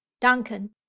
duncan